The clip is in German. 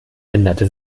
änderte